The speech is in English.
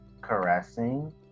caressing